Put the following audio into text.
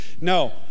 No